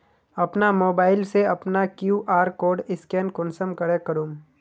अपना मोबाईल से अपना कियु.आर कोड स्कैन कुंसम करे करूम?